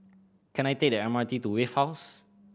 can I take the M R T to Wave House